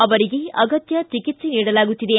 ಆವರಿಗೆ ಅಗತ್ಯ ಚಿಕಿತ್ವೆ ನೀಡಲಾಗುತ್ತಿದೆ